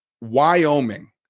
Wyoming